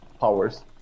powers